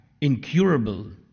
incurable